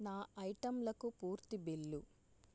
నా ఐటెంలకు పూర్తి బిల్లు